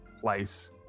place